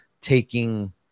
taking